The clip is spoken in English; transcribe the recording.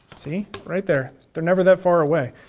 see, right there, they're never that far away.